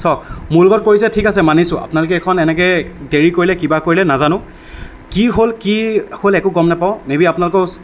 চাওক মোৰ লগত কৰিছে ঠিক আছে মানিছোঁ আপোনালোকে এইখন এনেকৈ দেৰি কৰিলে কিবা কৰিলে নাজানো কি হ'ল কি হ'ল একো গম নাপাওঁ মেইবি আপোনালোকৰ